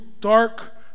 dark